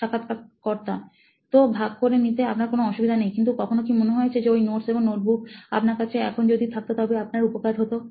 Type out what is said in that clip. সাক্ষাৎকারকর্তা তো ভাগ করে নিতে আপনার কোনো অসুবিধা নেই কিন্তু কখনো কি মনে হয়েছে যে ওই নোটস এবং নোটবুক আপনার কাছে এখন যদি থাকতো তবে আপনার উপকার হতো